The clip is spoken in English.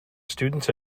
students